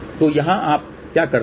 तो यहाँ आप क्या करते हैं